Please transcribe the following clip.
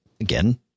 again